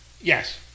Yes